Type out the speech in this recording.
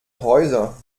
häuser